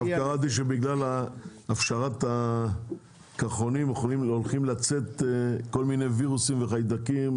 בגלל הפשרת הקרחונים הולכים לצאת כל מיני וירוסים וחיידקים,